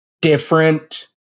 different